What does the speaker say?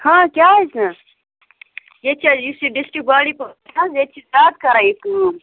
ہاں کیٛاز نہٕ ییٚتہِ چھِ یُس یہِ ڈِسٹرک بانڈی پورہ چھُ نہ حظ ییٚتہِ چھِ زیادٕ کَران یہِ کٲم